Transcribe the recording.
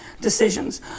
decisions